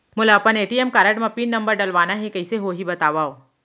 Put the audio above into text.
मोला अपन ATM card म पिन नंबर डलवाना हे कइसे होही बतावव?